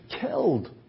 killed